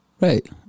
Right